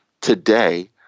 Today